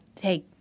hey